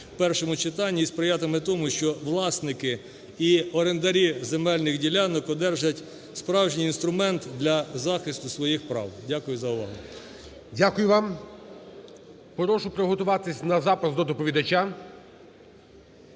першому читанні і сприятиме тому, що власники і орендарі земельних ділянок одержать справжній інструмент для захисту своїх прав. Дякую за увагу. ГОЛОВУЮЧИЙ. Дякую вам. Прошу приготуватися на запис до доповідача.